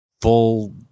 full